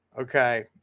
Okay